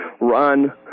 run